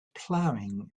plowing